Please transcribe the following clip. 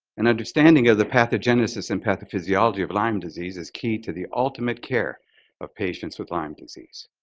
and understanding of the pathogenesis and pathophysiology of lyme disease is key to the ultimate care of patients with lyme disease.